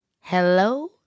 Hello